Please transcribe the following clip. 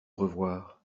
revoir